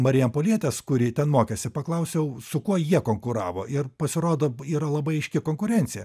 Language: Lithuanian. marijampolietės kuri ten mokėsi paklausiau su kuo jie konkuravo ir pasirodo yra labai aiški konkurencija